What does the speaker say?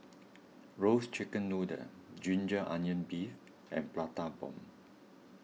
Roasted Chicken Noodle Ginger Onions Beef and Prata Bomb